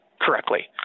correctly